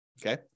Okay